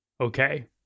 Okay